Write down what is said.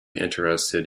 interested